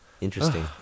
interesting